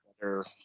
better